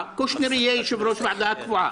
תודה, יעקב מרגי,